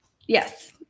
yes